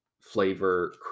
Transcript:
flavor